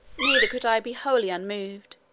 neither could i be wholly unmoved,